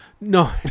no